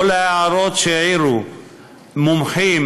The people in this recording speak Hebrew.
כל ההערות שהעירו מומחים,